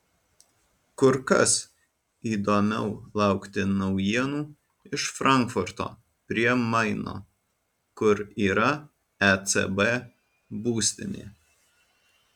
kur kas įdomiau laukti naujienų iš frankfurto prie maino kur yra ecb būstinė